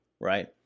right